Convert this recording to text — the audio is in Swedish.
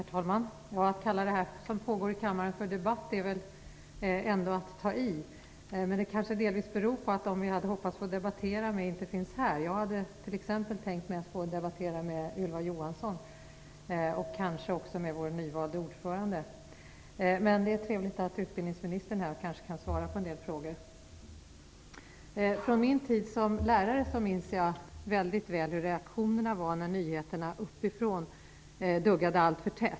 Herr talman! Att kalla det som pågår här i kammaren för debatt är väl ändå att ta i. Men det kanske delvis beror på att dem som vi hade hoppats på att få debattera med inte finns här. Jag hade t.ex. tänkt mig att få debattera med Ylva Johansson och kanske också med vår nyvalde ordförande. Men det är trevligt att utbildningsministern är här och kanske kan svara på en del frågor. Från min tid som lärare minns jag väldigt väl hur reaktionerna var när nyheterna uppifrån duggade alltför tätt.